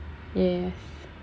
yes